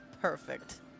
perfect